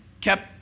kept